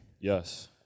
Yes